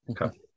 okay